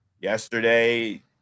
yesterday